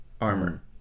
armor